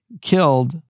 killed